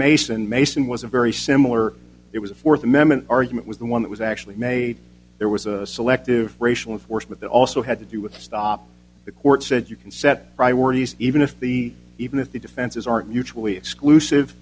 mason mason was a very similar it was a fourth amendment argument was the one that was actually made there was a selective racial of course but that also had to do with stop the court said you can set priorities even if the even if the defenses are mutually exclusive